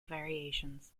variations